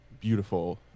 beautiful